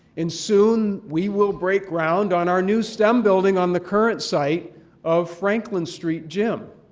and soon we will break ground on our new stem building on the current site of franklin street gym.